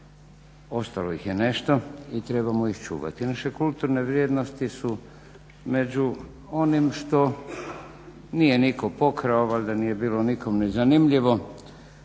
ostalo ih je nešto i trebamo ih čuvati. Naše kulturne vrijednosti su među onim što nije nitko pokrao, valjda nije bilo nikom ni zanimljivo,